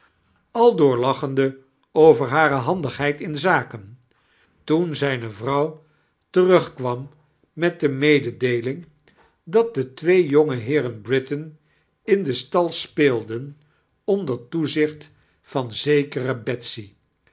door lachende over hare handigheid in zaken toen zijne vrouw terugkwaim met de mectedeeiiing dat de twee jomgeheeren britain in den stal speemem omder tioeeicbt van zekere